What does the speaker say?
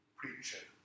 preacher